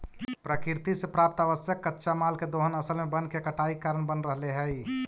प्रकृति से प्राप्त आवश्यक कच्चा माल के दोहन असल में वन के कटाई के कारण बन रहले हई